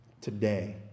today